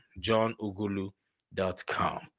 johnugulu.com